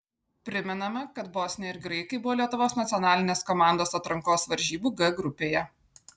primename kad bosniai ir graikai buvo lietuvos nacionalinės komandos atrankos varžybų g grupėje